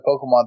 Pokemon